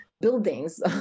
buildings